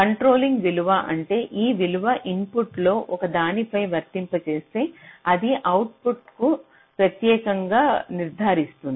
controlling విలువ అంటే ఈ విలువ ఇన్పుట్లో ఒకదానిపై వర్తింపజేస్తే అది అవుట్పుట్ను ప్రత్యేకంగా నిర్ణయిస్తుంది